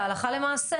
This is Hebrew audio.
עלה לעומת קבוצות הביקורת